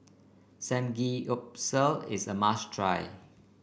Samgeyopsal is a must try